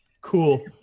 Cool